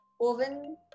oven